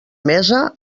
mesa